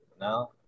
Now